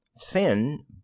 Thin